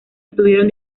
estuvieran